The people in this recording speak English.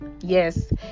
yes